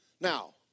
Now